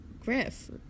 Griff